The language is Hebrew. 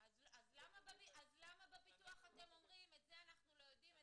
אז למה בביטוח אתם אומרים את זה אנחנו לא יודעים,